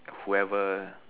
whoever